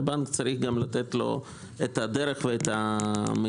שהבנק צריך גם לתת לו את הדרך ואת המידע.